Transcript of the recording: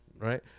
Right